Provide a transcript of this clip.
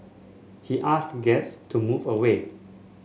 he asked guests to move away